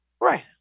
right